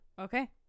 Okay